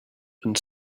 and